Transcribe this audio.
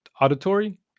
auditory